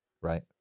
right